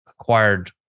acquired